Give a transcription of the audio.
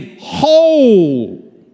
whole